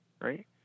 right